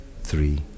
three